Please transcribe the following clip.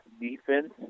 defense